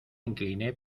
incliné